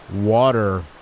water